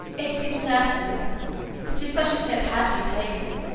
it seems certain that, if such a step had been taken,